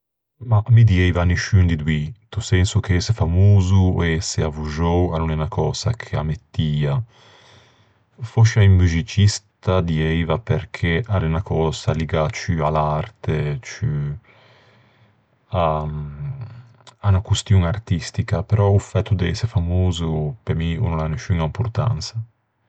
Mah, mi dieiva nisciun di doî. Into senso che ëse famoso ò ëse avvoxou a no l'é unna cösa ch'a me tia. Fòscia un muxicista dieiva perché a l'é unna cösa ligâ ciù à l'arte, à unna costion artistica, però o fæto de ëse famoso pe mi o no l'à nisciuña importansa.